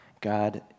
God